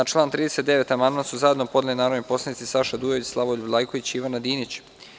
Na član 39. amandman su zajedno podneli narodni poslanici Saša Dujović, Slavoljub Vlajković i Ivana Dinić.